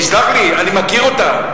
תסלח לי, אני מכיר אותה.